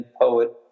poet